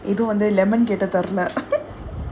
eh இது வந்து தரலனு:idhu vandhu tharalanu